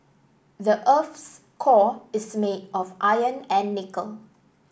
the earth's core is made of iron and nickel